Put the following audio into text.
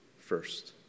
first